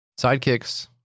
Sidekicks